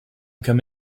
come